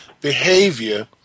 behavior